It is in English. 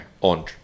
on